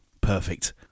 Perfect